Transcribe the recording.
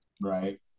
Right